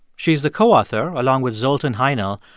she's the co-author, along with zoltan hajnal,